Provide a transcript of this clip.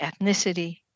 ethnicity